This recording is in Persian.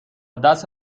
دست